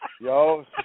Yo